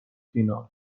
فینال